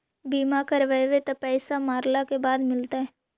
बिमा करैबैय त पैसा मरला के बाद मिलता?